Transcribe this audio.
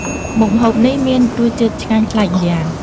មុខម្ហូបនេះមានរសជាតិឆ្ងាញ់ប្លែកម្យ៉ាង។